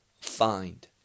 find